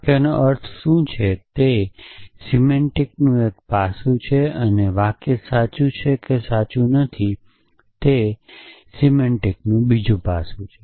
વાક્યોનો અર્થ શું છે તે અર્થનું એક પાસું છે અને વાક્ય સાચું છે કે સાચું નથી તે અર્થનું બીજું પાસું છે